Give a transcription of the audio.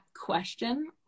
question